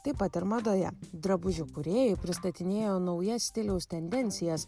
taip pat ir madoje drabužių kūrėjai pristatinėjo naujas stiliaus tendencijas